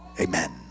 amen